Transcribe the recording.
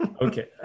Okay